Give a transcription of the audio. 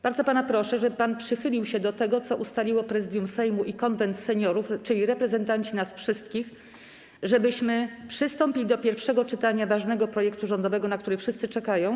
Bardzo pana proszę, żeby pan przychylił się do tego, co ustaliło Prezydium Sejmu i Konwent Seniorów, czyli reprezentanci nas wszystkich, żebyśmy przystąpili do pierwszego czytania ważnego rządowego projektu, na który wszyscy czekają.